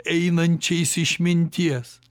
einančiais išminties